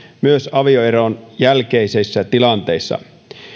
myös avioeron jälkeisessä tilanteessa